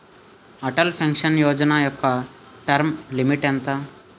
Atal pension Yojana యెక్క term limit ఎంత?